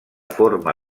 forma